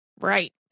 Right